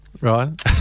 Right